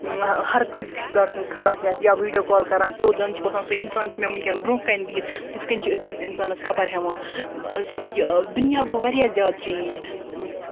ہَر کٲنسہِ رِشتہٕ دار سٕنز خبر ہٮ۪تھ یا ویٖڈیو کال کران سٮ۪وٚد زَن چھُ باسان مےٚ سُہ اِنسان چھُ مےٚ ؤنکٮ۪ن برونہہ کَنۍ بِہِتھ تِتھ کٔنۍ چھِ تٔمِس اِسانَس أسۍ خبر ہٮ۪وان دُنیاہ گوٚو واریاہ زیادٕ چٮ۪نج